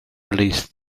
released